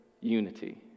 unity